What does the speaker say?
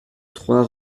trois